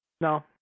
No